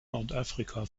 nordafrika